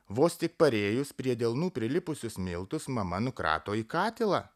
vos tik parėjus prie delnų prilipusius miltus mama nukrato į katilą